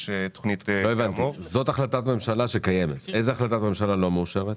--- לא הבנתי איזו החלטת ממשלה לא מאושרת.